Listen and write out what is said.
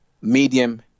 Medium